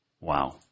Wow